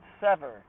Sever